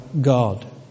God